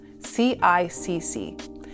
CICC